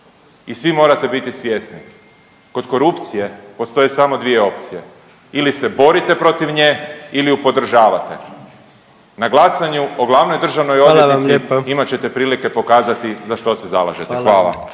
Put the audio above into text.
I svi morate biti svjesni, kod korupcije postoje samo 2 opcije ili se borite protiv nje ili ju podržavate. Na glasanju o glavnoj državnoj odvjetnici …/Upadica: Hvala vam lijepa./… imat ćete prilike pokazati za što se zalažete. Hvala.